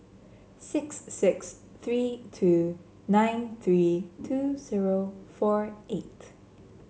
six six three two nine three two zero four eight